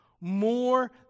more